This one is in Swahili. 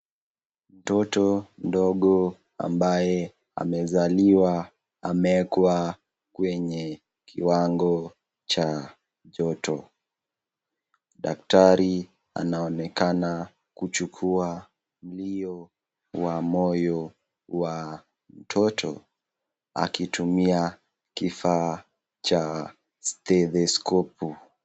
Mtoto mdogo ambaye amezaliwa amewekwa kwenye kiwango cha joto. Daktari anaonekana kuchukua mlio wa moyo wa mtoto akitumia kifaa cha stethoskopu.